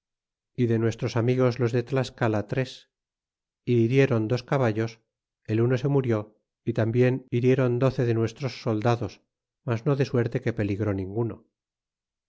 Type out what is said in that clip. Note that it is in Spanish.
y de nuestros amigos los de tlascala tres y hirieron dos caballos el uno se murió y tambien hirieron doce de nuestros soldados mas no de suerte que peligró ninguno